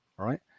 Right